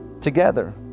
together